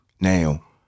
Now